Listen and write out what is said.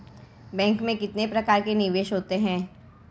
Bank में कितने प्रकार के निवेश होते हैं?